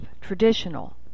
traditional